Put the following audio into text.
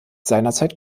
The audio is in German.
seinerzeit